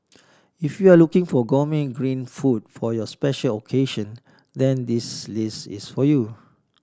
if you are looking for gourmet green food for your special occasion then this list is for you